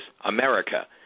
America